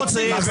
אתה